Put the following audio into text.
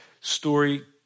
story